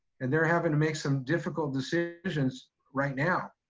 and they're having to make some difficult decisions right now,